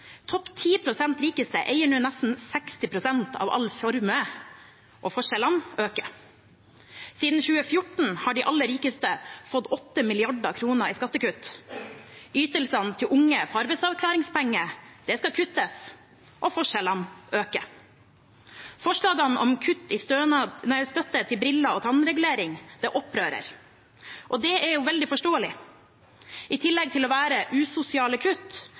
topp 10 pst. rikeste eier nå nesten 60 pst. av all formue – og forskjellene øker. Siden 2014 har de aller rikeste fått 8 mrd. kr i skattekutt. Ytelsene til unge på arbeidsavklaringspenger skal kuttes – og forskjellene øker. Forslagene om kutt i støtte til briller og tannregulering opprører. Det er veldig forståelig. I tillegg til å være usosiale kutt